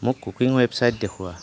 মোক cooking website দেখুওঁৱা